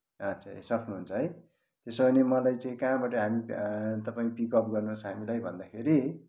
आच्छा सक्नुहुन्छ है त्यसो भने मलाई चाहिँ कहाँबाट हामी तपाईँ पिकप गर्नुहोस् हामीलाई भन्दाखेरि